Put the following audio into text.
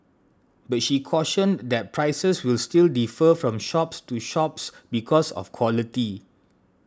but she cautioned that prices will still defer from shops to shops because of quality